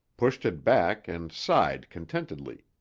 pushed it back and sighed contentedly.